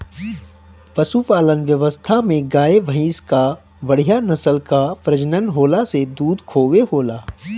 पशुपालन व्यवस्था में गाय, भइंस कअ बढ़िया नस्ल कअ प्रजनन होला से दूध खूबे होला